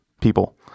people